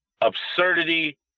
absurdity